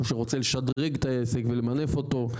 שרוצה לשדרג את העסק ולמנף אותו.